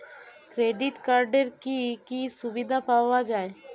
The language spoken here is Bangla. ক্রেডিট কার্ডের কি কি সুবিধা পাওয়া যায়?